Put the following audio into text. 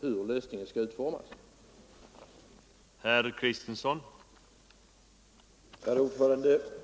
ju för närvarande om övervinster, och nog skulle den expansionen kunna